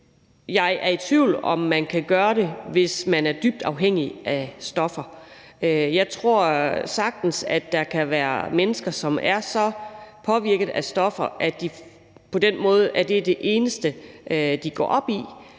Jeg er i tvivl om, om man kan gøre det, hvis det er mennesker, der er dybt afhængige af stoffer. Jeg tror sagtens, der kan være mennesker, som er så påvirket af stoffer, at det er det eneste, de går op i.